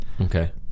Okay